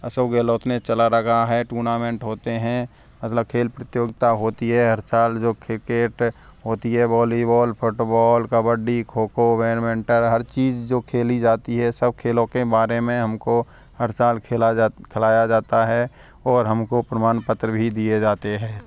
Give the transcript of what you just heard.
अशोक गहलोत ने चला रखा है टूर्नामेंट होते हैं मतलब खेल प्रतियोगिता होती है हर साल जो क्रिकेट होती है volleyball football kabaddi kho kho badminton हर चीज़ जो खेली जाती है सब खेलों के बारे में हमको हर साल खेला जाता खिलाया जाता है और हमको प्रमाण पत्र भी दिए जाते हैं